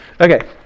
Okay